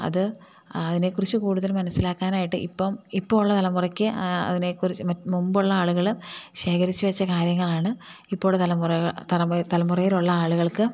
അത് അതിനെ കുറിച്ചു കൂടുതൽ മനസ്സിലാക്കാനായിട്ട് ഇപ്പം ഇപ്പമുള്ള തലമുറയ്ക്ക് അതിനെ കുറിച്ച് മുമ്പുള്ള ആളുകൾ ശേഖരിച്ചു വച്ച കാര്യങ്ങളാണ് ഇപ്പോഴുള്ള തലമുറ തലമുറ തലമുറയിലുള്ള ആളുകൾക്ക്